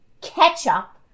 ketchup